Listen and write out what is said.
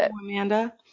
amanda